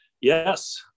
Yes